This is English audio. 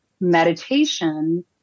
meditation